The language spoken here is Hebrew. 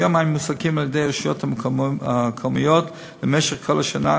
כיום הם מועסקים על-ידי הרשויות המקומיות למשך כל השנה,